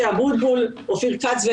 גבול אדום שאסור לגעת בו כי כשחוצים את